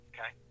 Okay